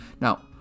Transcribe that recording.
Now